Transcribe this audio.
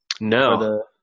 No